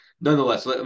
nonetheless